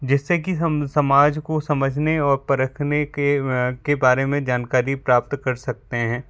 जिससे कि हम समाज को समझने और परखने के के बारे में जानकारी प्राप्त कर सकते हैं